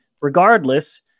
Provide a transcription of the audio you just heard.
regardless